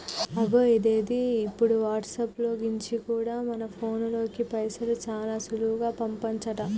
అగొ ఇదేంది ఇప్పుడు వాట్సాప్ లో కెంచి కూడా మన ఫోన్ పేలోకి పైసలు చాలా సులువుగా పంపచంట